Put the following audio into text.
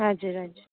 हजुर हजुर